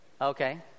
Okay